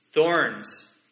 Thorns